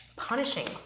punishing